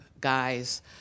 guys